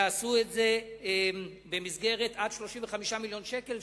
יעשו את זה במסגרת עד 35 מיליון שקל,